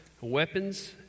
Weapons